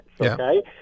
Okay